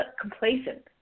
complacent